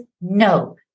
No